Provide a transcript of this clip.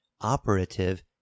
operative